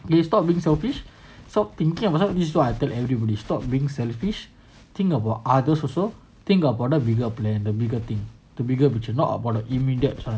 they stopped being selfish so thinking about this is what I tell everybody stop being selfish think about others also think about the bigger plan the bigger thing the bigger which are not about the immediate trying